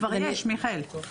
כבר יש, מיכאל.